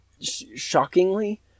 Shockingly